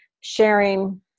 sharing